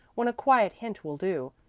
when a quiet hint will do